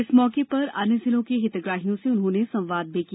इस मौके पर अन्य जिलों से हितग्राहियों से उन्होंने संवाद भी किया